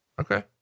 Okay